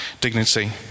dignity